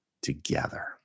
together